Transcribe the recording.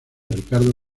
ricardo